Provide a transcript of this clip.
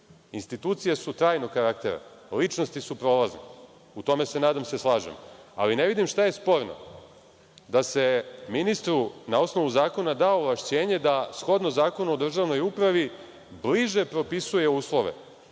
Institucije su trajnog karaktera, ličnosti su prolazne, u tome se, nadam se, slažemo, ali ne vidim šta je sporno da se ministru na osnovu zakona da ovlašćenje da shodno Zakonu o državnoj upravi bliže propisuje uslove